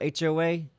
HOA